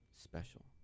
special